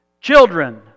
Children